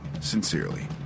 Sincerely